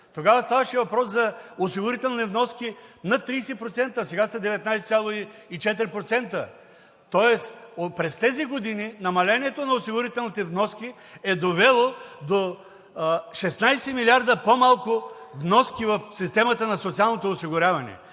Тогава ставаше въпрос за осигурителни вноски над 30%, сега са 19,4%. Тоест през тези години, намалението на осигурителните вноски е довело до 16 милиарда по-малко вноски в системата на социалното осигуряване,